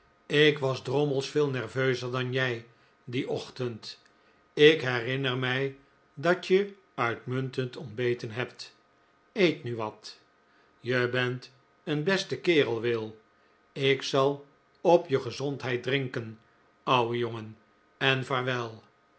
ik was drommels veel nerveuzer dan jij dien ochtend ik herinner mij dat je uitmuntend ontbeten hebt eet nu wat je bent een beste kerel will ik zal op je gezondheid drinken ouwe jongen en vaarwel